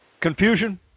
Confusion